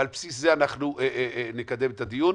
ועל בסיס זה אנחנו נקדם את הדיון.